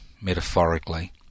metaphorically